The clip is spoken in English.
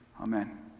amen